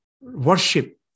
worship